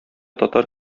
татар